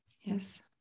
yes